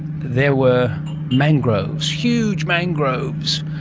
there were mangroves, huge mangroves,